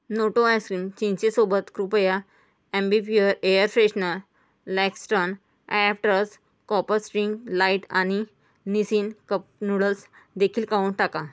Noto ice cream चिंचेसोबत कृपया Ambipur air freshener Lexton ॲफटर्स कॉपर स्ट्रिंग लाइट आणि निसिन कप नूडल्सदेखील काढून टाका